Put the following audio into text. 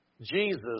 Jesus